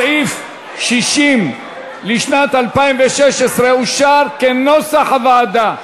סעיף 60 לשנת 2016 אושר, כנוסח הוועדה.